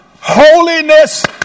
Holiness